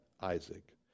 isaac